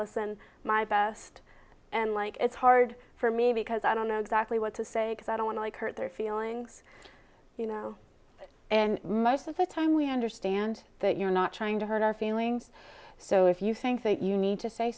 listen my best and like it's hard for me because i don't know exactly what to say that i want to hurt their feelings you know and most of the time we understand that you're not trying to hurt our feelings so if you think that you need to say